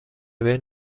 بین